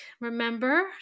remember